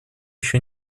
еще